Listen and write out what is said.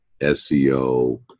SEO